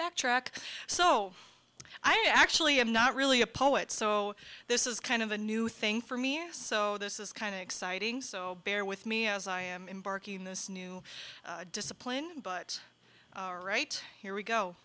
that track so i actually i'm not really a poet so this is kind of a new thing for me as so this is kind of exciting so bear with me as i am embark in this new discipline but right here we go